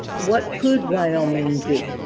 what could wyoming do?